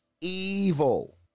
evil